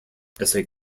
essay